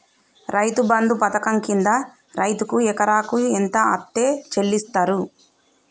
రైతు బంధు పథకం కింద రైతుకు ఎకరాకు ఎంత అత్తే చెల్లిస్తరు?